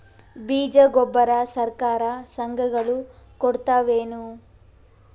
ಬೀಜ ಗೊಬ್ಬರ ಸರಕಾರ, ಸಂಘ ಗಳು ಕೊಡುತಾವೇನು?